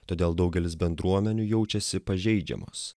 todėl daugelis bendruomenių jaučiasi pažeidžiamos